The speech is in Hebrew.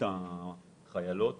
החיילות